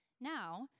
Now